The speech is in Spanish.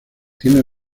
tiene